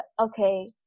okay